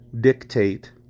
dictate